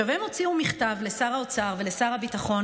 הן הוציאו מכתב לשר האוצר ולשר הביטחון